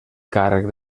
càrrec